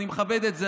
אני מכבד את זה,